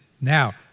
Now